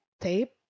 tape